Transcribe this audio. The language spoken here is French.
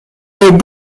est